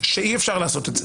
שאי אפשר לעשות את זה.